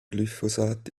glyphosat